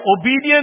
obedience